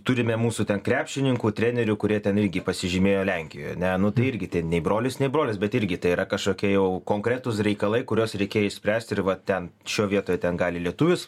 turime mūsų ten krepšininkų trenerių kurie ten irgi pasižymėjo lenkijoj ne nu tai irgi ten nei brolis nei brolis bet irgi tai yra kažkokie jau konkretūs reikalai kuriuos reikėjo išspręsti ir va ten šioj vietoj ten gali lietuvis